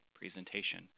presentation